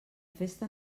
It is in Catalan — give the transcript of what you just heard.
festa